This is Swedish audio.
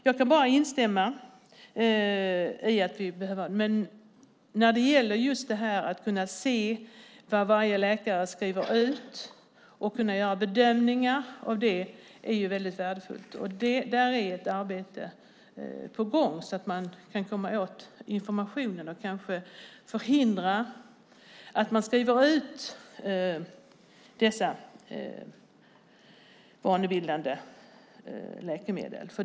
Jag kan bara instämma i att vi behöver se över frågan. Just att kunna se vad varje läkare skriver ut och att kunna göra bedömningar utifrån det är mycket värdefullt. Där är ett arbete på gång just för att komma åt information och kanske förhindra att dessa vanebildande läkemedel skrivs ut.